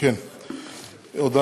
התשע"ה 2015,